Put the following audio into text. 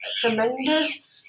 tremendous